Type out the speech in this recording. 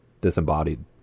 disembodied